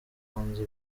hanze